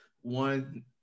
one